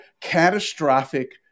catastrophic